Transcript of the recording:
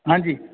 हांजी